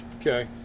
Okay